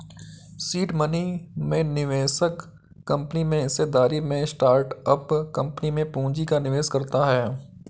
seed money में निवेशक company में हिस्सेदारी में स्टार्टअप कंपनी में पूंजी का निवेश करता है